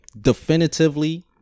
definitively